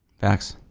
facts.